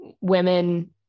women